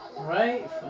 Right